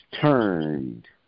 turned